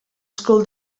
school